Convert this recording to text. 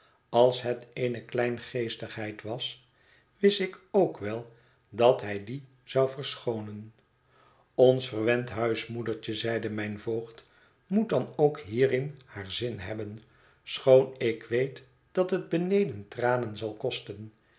als het eene kleingeestigheid was wist ik ook wel dat hij die zou verschoonen ons verwend huismoedertje zeide mijn voogd moet dan ook hierin haar zin hebben schoon ik weet dat het beneden tranen zal kosten